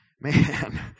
man